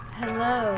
hello